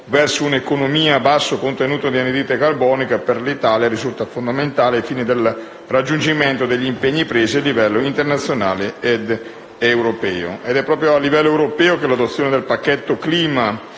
verso un'economia a basso contenuto di anidride carbonica, che per l'Italia risulta fondamentale ai fini del raggiungimento degli impegni presi a livello internazionale ed europeo. Ed è proprio a livello europeo che l'adozione del pacchetto clima